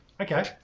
Okay